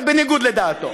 זה בניגוד לדעתו.